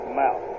mouth